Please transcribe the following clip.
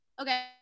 Okay